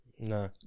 No